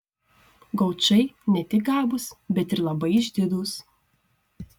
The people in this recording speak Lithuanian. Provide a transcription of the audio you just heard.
gaučai ne tik gabūs bet ir labai išdidūs